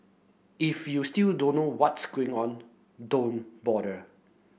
if you still don't know what's going on don't bother